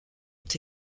ont